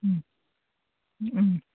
ꯎꯝ ꯎꯝ